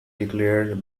declared